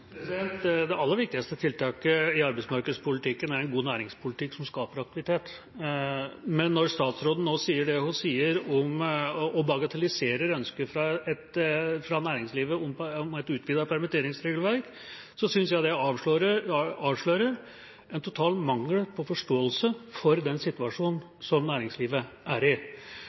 Det aller viktigste tiltaket i arbeidsmarkedspolitikken er en god næringspolitikk som skaper aktivitet. Men når statsråden sier det hun nå sier, og bagatelliserer ønsket fra næringslivet om et utvidet permitteringsregelverk, så synes jeg det avslører en total mangel på forståelse for den situasjonen som næringslivet er i.